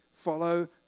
Follow